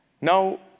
Now